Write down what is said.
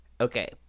okay